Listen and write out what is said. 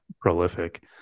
prolific